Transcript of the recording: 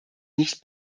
nicht